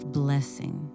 blessing